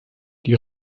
die